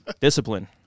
discipline